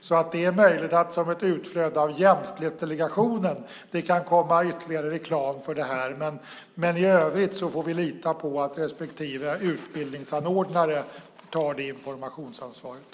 Det är alltså möjligt att det kan komma ytterligare reklam för detta som ett utflöde av Jämställdhetsdelegationen, men i övrigt får vi lita på att respektive utbildningsanordnare tar informationsansvaret.